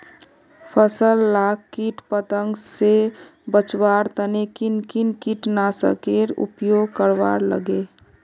फसल लाक किट पतंग से बचवार तने किन किन कीटनाशकेर उपयोग करवार लगे?